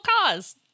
cause